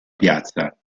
piazza